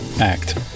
act